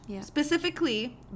specifically